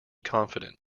confident